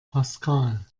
pascal